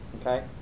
okay